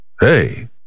Hey